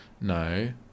no